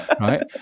right